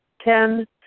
Ten